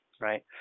right